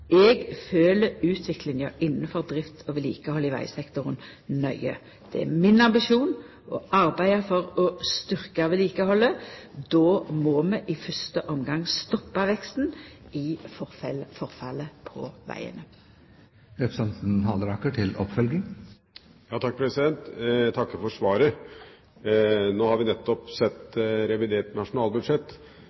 utviklinga innafor drift og vedlikehald i vegsektoren nøye. Det er min ambisjon å arbeida for å styrkja vedlikehaldet, og då må vi i fyrste omgang stoppa veksten i forfallet på vegane. Jeg takker for svaret. Vi har nettopp sett revidert nasjonalbudsjett,